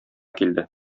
килде